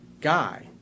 guy